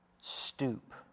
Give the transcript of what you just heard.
stoop